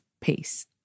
peace